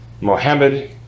Mohammed